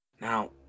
now